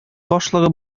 башлыгы